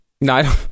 No